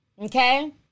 Okay